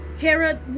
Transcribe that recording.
Herod